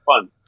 fun